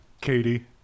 Katie